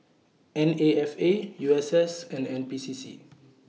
N A F A U S S and N P C C